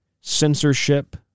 censorship